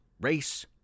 race